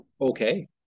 okay